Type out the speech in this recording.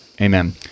Amen